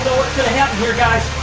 gonna happen here, guys.